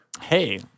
Hey